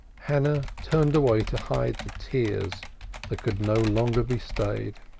hannah turned away to hide the tears that could no longer be stayed.